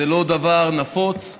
זה לא דבר נפוץ.